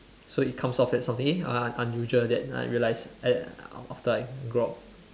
so it comes off as for me eh uh unusual that I realise aft~ after I grow up